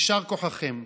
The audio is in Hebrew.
יישר כוחכם.